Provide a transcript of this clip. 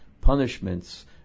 punishments